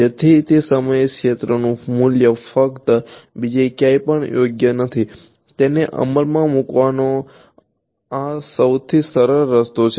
તેથી તે સમયે ક્ષેત્રનું મૂલ્ય ફક્ત બીજે ક્યાંય પણ યોગ્ય નથી તેને અમલમાં મૂકવાનો આ સૌથી સરળ રસ્તો છે